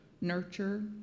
nurture